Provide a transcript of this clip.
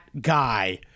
guy